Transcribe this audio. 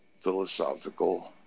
philosophical